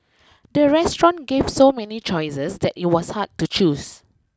the restaurant gave so many choices that it was hard to choose